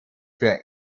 für